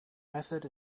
method